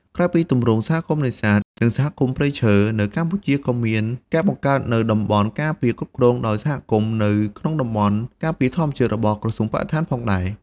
ក្រៅពីទម្រង់សហគមន៍នេសាទ និងសហគមន៍ព្រៃឈើ នៅកម្ពុជាក៏មានការបង្កើតនូវ តំបន់ការពារគ្រប់គ្រងដោយសហគមន៍ នៅក្នុងតំបន់ការពារធម្មជាតិរបស់ក្រសួងបរិស្ថានផងដែរ។